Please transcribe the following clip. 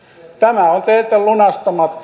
tämä on teiltä lunastamatta